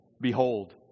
Behold